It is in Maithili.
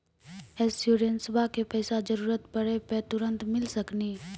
इंश्योरेंसबा के पैसा जरूरत पड़े पे तुरंत मिल सकनी?